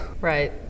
Right